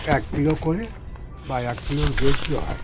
এক কিলো করে বা এক কিলোর বেশিও হয়